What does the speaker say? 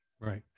Right